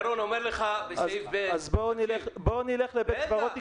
בוא נלך לבית קברות,